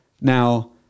Now